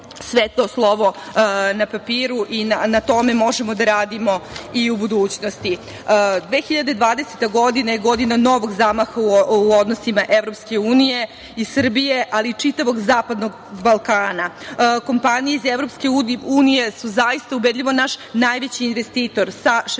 sveto slovo na papiru i na tome možemo da radimo i u budućnosti. Godina 2020. je godina novog zamaha u odnosima Evropske unije i Srbije, ali i čitavog zapadnog Balkana. Kompanije iz Evropske unije su zaista ubedljivo naš najveći investitor